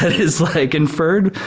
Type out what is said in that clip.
is like inferred,